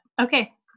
okay